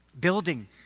building